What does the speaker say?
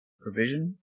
Provision